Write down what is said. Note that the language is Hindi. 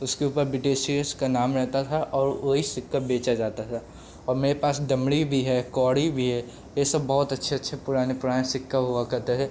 उसके ऊपर ब्रिटिशियस का नाम रहता था और वही सिक्का बेचा जाता था और मेरे पास दमड़ी भी है कौड़ी भी है ये सब बहुत अच्छे अच्छे पुराने पुराने सिक्के हुआ करते थे